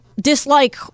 dislike